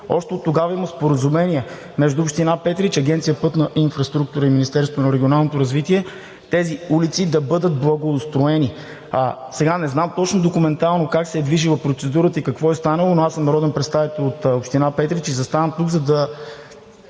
Още оттогава има споразумение между община Петрич, Агенция „Пътна инфраструктура“ и Министерството на регионалното развитие тези улици да бъдат благоустроени. Сега не знам точно документално как се е движила процедурата и какво е станало, но съм народен представител от община Петрич и заставам тук, за да